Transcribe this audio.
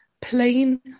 plain